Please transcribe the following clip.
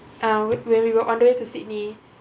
uh when we were on the way to sydney